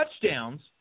touchdowns